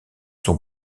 sont